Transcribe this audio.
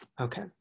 Okay